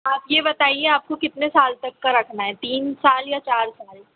आप यह बताइए आपको कितने साल तक का रखना है तीन साल या चार साल